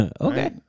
Okay